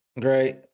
great